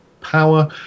power